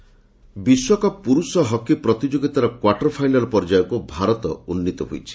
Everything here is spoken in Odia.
ହକି ବିଶ୍ୱକପ୍ ପୁରୁଷ ହକି ପ୍ରତିଯୋଗିତାର କ୍ୱାର୍ଟର ଫାଇନାଲ୍ ପର୍ଯ୍ୟାୟକ୍ ଭାରତ ଉନ୍ତିତ ହୋଇଛି